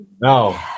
No